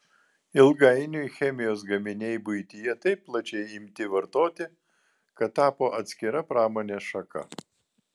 ilgainiui chemijos gaminiai buityje taip plačiai imti vartoti kad tapo atskira pramonės šaka